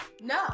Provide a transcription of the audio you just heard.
No